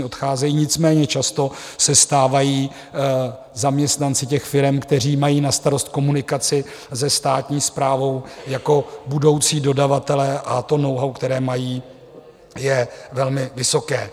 Odcházejí, nicméně často se stávají zaměstnanci firem, kteří mají na starost komunikaci se státní správou jako budoucí dodavatelé, a knowhow, které mají, je velmi vysoké.